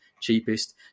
cheapest